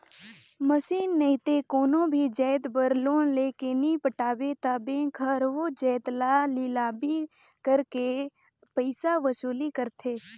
machine नइते कोनो भी जाएत बर लोन लेके नी पटाबे ता बेंक हर ओ जाएत ल लिलामी करके पइसा वसूली करथे